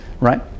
right